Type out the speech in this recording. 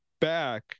back